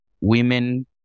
women